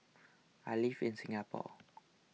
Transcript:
I live in Singapore